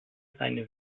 seine